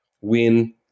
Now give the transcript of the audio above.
win